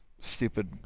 stupid